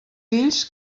fills